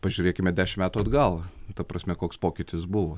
pažiūrėkime dešimt metų atgal ta prasme koks pokytis buvo